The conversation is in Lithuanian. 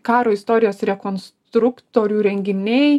karo istorijos rekonstruktorių renginiai